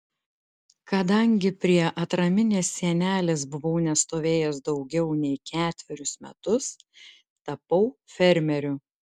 kadangi prie atraminės sienelės buvau nestovėjęs daugiau nei ketverius metus tapau fermeriu